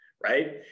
right